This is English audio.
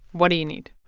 what do you need?